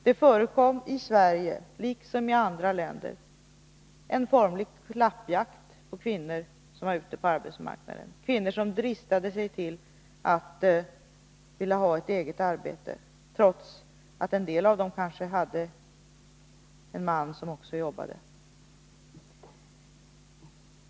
Det förekom i Sverige, liksom i andra länder, en formlig klappjakt på kvinnor som var ute på arbetsmarknaden, kvinnor som dristade sig till att vilja ha ett eget arbete trots att en del av dem kanske hade en man som också jobbade.